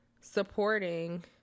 supporting